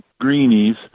greenies